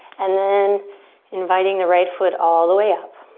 and then inviting the right foot all the way up.